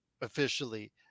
officially